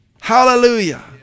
Hallelujah